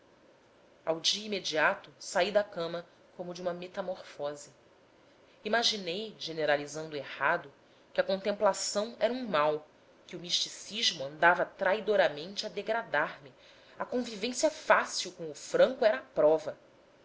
ao dia imediato saí da cama como de uma metamorfose imaginei generalizando errado que a contemplação era um mal que o misticismo andava traidoramente a degradar me a convivência fácil com o franco era a prova